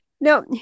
Now